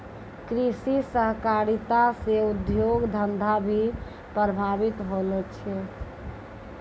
कृषि सहकारिता से उद्योग धंधा भी प्रभावित होलो छै